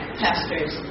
pastors